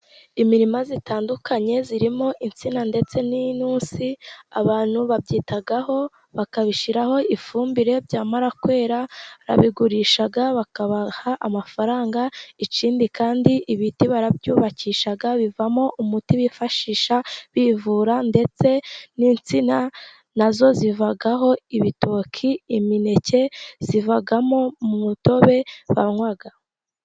Imirima itandukanye irimo insina ndetse n'intusi. Abantu babyitaho bakabishyiraho ifumbire, byamara kwera barabigurisha bakabaha amafaranga. Ikindi kandi ibiti barabyubakisha, bivamo umuti bifashisha bivura, ndetse n'insina nazo zivaho ibitoki, imineke, zivamo umutobe banywa.